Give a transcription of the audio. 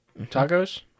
tacos